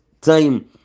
time